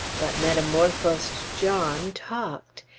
but metamorphosed john talked!